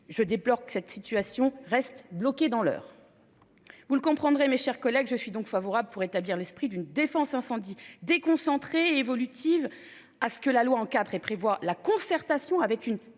Je déplore que cette situation reste bloquée dans l'Eure. Vous le comprendrez mes chers collègues, je suis donc favorable pour établir l'esprit d'une défense incendie déconcentré évolutive à ce que la loi encadre et prévoit la concertation avec une